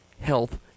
health